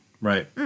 Right